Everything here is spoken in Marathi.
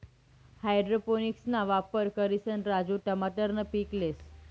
हाइड्रोपोनिक्सना वापर करिसन राजू टमाटरनं पीक लेस